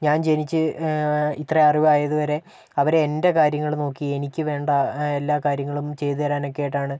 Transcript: ഞാന് ജനിച്ച് ഇത്രയും അറിവ് ആയതുവരെ അവര് എന്റെ കാര്യങ്ങള് നോക്കി എനിക്ക് വേണ്ട എല്ലാ കാര്യങ്ങളും ചെയ്തു തരാന് ഒക്കെ ആയിട്ടാണ്